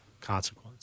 consequence